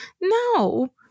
No